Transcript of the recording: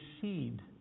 seed